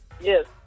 Yes